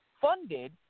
funded